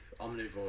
omnivore